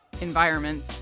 environment